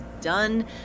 done